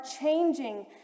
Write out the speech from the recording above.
changing